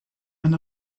and